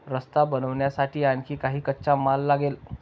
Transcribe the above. रस्ता बनवण्यासाठी आणखी काही कच्चा माल लागेल